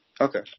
Okay